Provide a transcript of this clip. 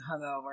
hungover